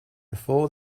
before